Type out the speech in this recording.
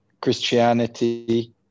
Christianity